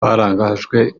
barangajwe